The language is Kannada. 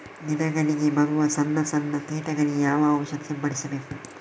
ಗಿಡಗಳಿಗೆ ಬರುವ ಸಣ್ಣ ಸಣ್ಣ ಕೀಟಗಳಿಗೆ ಯಾವ ಔಷಧ ಸಿಂಪಡಿಸಬೇಕು?